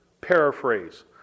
Paraphrase